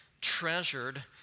treasured